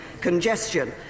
congestion